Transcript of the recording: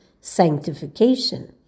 sanctification